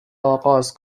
آغاز